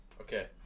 Okay